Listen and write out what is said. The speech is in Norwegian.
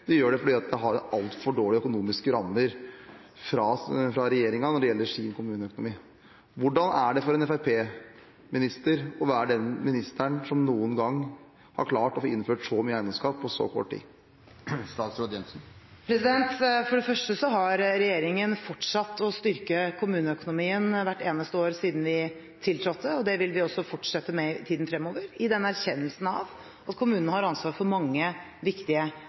de gjør det fordi de har altfor dårlige økonomiske rammer fra regjeringen når det gjelder sin kommuneøkonomi. Hvordan er det for en fremskrittspartiminister å være den ministeren noen gang som har klart å få innført så mye eiendomsskatt på så kort tid? For det første har regjeringen fortsatt å styrke kommuneøkonomien hvert eneste år siden vi tiltrådte, og det vil vi også fortsette med i tiden fremover i erkjennelsen av at kommunene har ansvaret for mange viktige